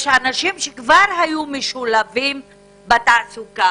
יש אנשים שכבר היו משולבים בתעסוקה.